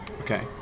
Okay